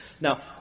Now